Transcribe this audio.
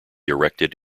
erected